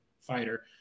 fighter